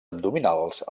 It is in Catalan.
abdominals